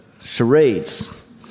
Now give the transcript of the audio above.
charades